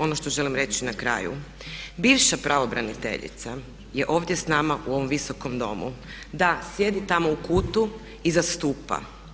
Ono što želim reći na kraju, bivša pravobraniteljica je ovdje s nama u ovom Visokom domu, da, sjedi tamo u kutu iza stupa.